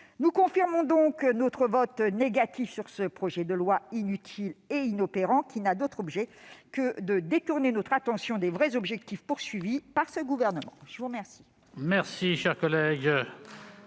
Nous confirmons donc notre vote négatif sur ce projet de loi inutile et inopérant, qui n'a d'autre objet que détourner notre attention des véritables objectifs de ce gouvernement. La parole